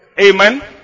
Amen